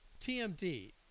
TMD